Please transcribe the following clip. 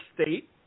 state